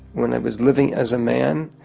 when i was living as a man,